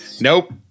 Nope